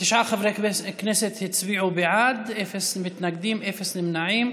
חברי כנסת הצביעו בעד, אפס מתנגדים, אפס נמנעים.